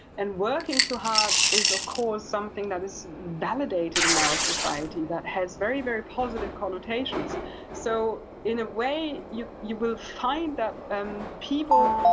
and working too hard is, of course, something that is validated in our society, that has very, very positive connotations so, in a way, you you will find that um people,